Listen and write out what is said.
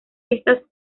estas